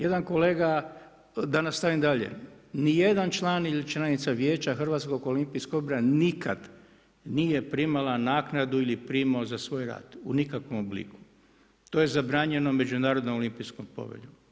Jedan kolega, da nastavim dalje, nijedan član ili članica Vijeća HOO-a nikad nije primala naknadu ili primao za svoj rad u nikakvom obliku, to je zabranjeno Međunarodnom olimpijskom poveljom.